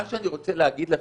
מה שאני רוצה להגיד לך,